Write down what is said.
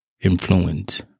influence